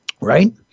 right